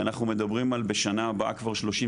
ואנחנו מדברים על בשנה הבאה כבר 38%,